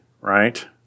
right